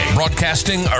broadcasting